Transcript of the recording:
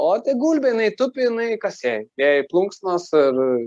o tai gulbė jinai tupi jinai kas jai jai plunksnos ir